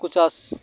ᱦᱟᱹᱠᱩ ᱪᱟᱥ